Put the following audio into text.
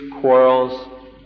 quarrels